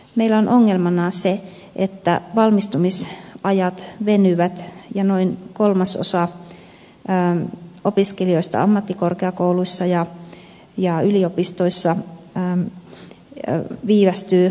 meillä on ongelmana se että valmistumisajat venyvät ja noin kolmasosa opiskelijoista ammattikorkeakouluissa ja yliopistoissa viivästyy